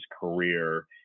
career